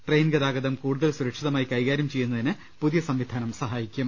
train ഗതാഗതം കൂടുതൽ സുരക്ഷിതമായി കൈകാര്യം ചെയ്യുന്നതിന് പുതിയ സംവിധാനം സഹായിക്കും